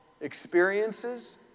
experiences